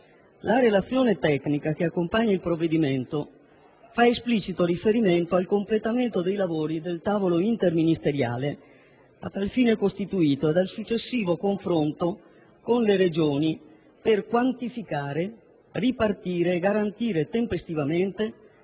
La relazione tecnica che accompagna il provvedimento fa esplicito riferimento al completamento dei lavori del tavolo interministeriale a tal fine costituito e al successivo confronto con le Regioni, per quantificare, ripartire e garantire tempestivamente